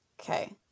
okay